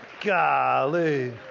Golly